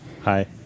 Hi